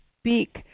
speak